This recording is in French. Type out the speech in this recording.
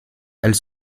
elles